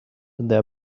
their